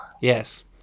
Yes